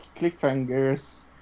cliffhangers